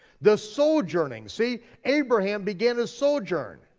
the sojourning, see, abraham began his sojourn.